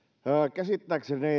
käsittääkseni